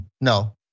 No